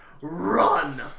run